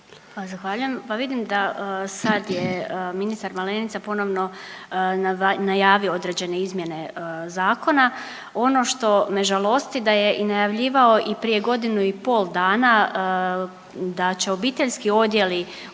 Zahvaljujem. Pa vidim da sad je ministar Malenica ponovno najavio određene izmjene zakona. Ono što me žalosti da je i najavljivao i prije godinu i pola dana da će obiteljski odjeli u